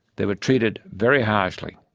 they were treated very harshly.